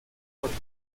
ricchi